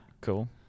Cool